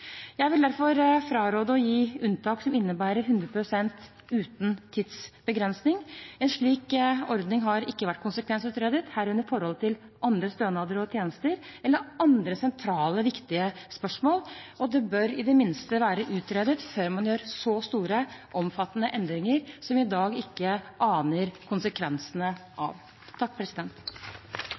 Jeg vil derfor fraråde å gi unntak som innebærer 100 pst. pleiepenger uten tidsbegrensning. En slik ordning har ikke vært konsekvensutredet, herunder forholdet til andre stønader og tjenester eller andre sentrale, viktige spørsmål. Det bør i det minste være utredet før man gjør så store, omfattende endringer, som vi i dag ikke aner konsekvensene av.